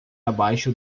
abaixo